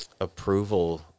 approval